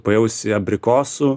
pajausi abrikosų